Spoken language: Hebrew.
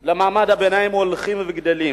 של מעמד הביניים הולכים וגדלים,